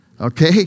okay